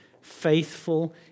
faithful